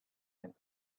and